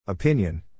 Opinion